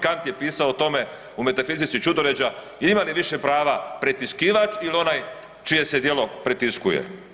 Kant je pisao o tome u … čudoređa ima li više prava pretiskivač ili onaj čije se djelo pretiskuje.